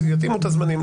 יתאימו את הזמנים.